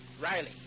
Riley